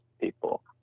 people